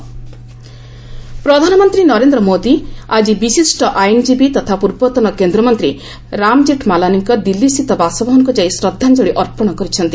PM Jethmalani ପ୍ରଧାନମନ୍ତ୍ରୀ ନରେନ୍ଦ୍ର ମୋଦି ଆଜି ବିଶିଷ୍ଟ ଆଇନଜୀବୀ ତଥା ପୂର୍ବତନ କେନ୍ଦ୍ରମନ୍ତ୍ରୀ ରାମ୍ ଜେଠ୍ମଲାନୀଙ୍କ ଦିଲ୍ଲୀସ୍ଥିତ ବାସଭବନକୁ ଯାଇ ଶ୍ରଦ୍ଧାଞ୍ଜଳି ଅର୍ପଣ କରିଛନ୍ତି